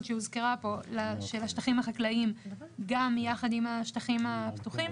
שהוזכרה פה של השטחים החקלאיים גם יחד עם השטחים הפתוחים,